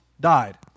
died